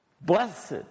Blessed